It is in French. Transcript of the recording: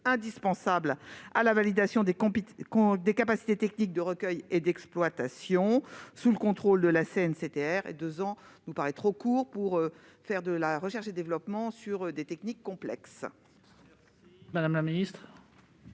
indispensables à la validation des capacités techniques de recueil et d'exploitation, sous le contrôle de la CNCTR. Une durée de deux ans nous paraît trop courte pour faire de la recherche et du développement sur des techniques complexes.